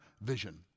vision